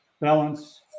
balance